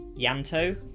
Yanto